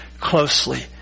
closely